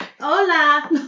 Hola